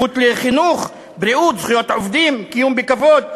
הזכות לחינוך, בריאות, זכויות עובדים, קיום בכבוד,